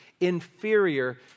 inferior